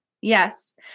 Yes